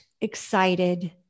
excited